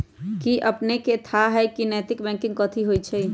कि अपनेकेँ थाह हय नैतिक बैंकिंग कथि होइ छइ?